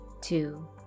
two